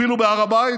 אפילו הר הבית,